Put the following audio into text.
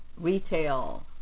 retail